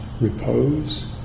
repose